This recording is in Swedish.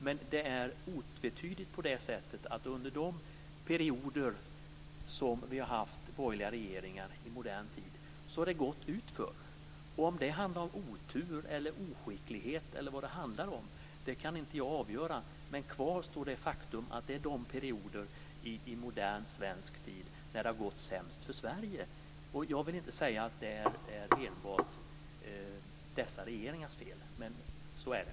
Men det är otvetydigt på det sättet att under de perioder i modern tid som vi har haft borgerliga regeringar har det gått utför. Om det handlar om otur eller oskicklighet eller vad det handlar om kan inte jag avgöra. Men kvar står det faktum att det är de perioder i modern svensk tid när det har gått sämst för Sverige. Jag vill inte säga att det enbart är dessa regeringars fel, men så är det.